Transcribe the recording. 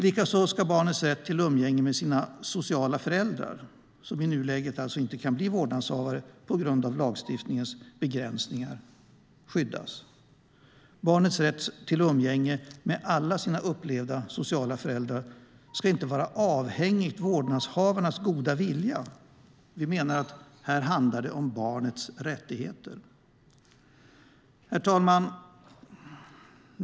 Likaså ska barns rätt till umgänge med sina sociala föräldrar, som i nuläget alltså inte kan bli vårdnadshavare på grund av lagstiftningens begränsningar, skyddas. Barnets rätt till umgänge med alla sina upplevda sociala föräldrar ska inte vara avhängigt vårdnadshavarnas goda vilja. Vi menar att det handlar om barnets rättigheter. Herr talman!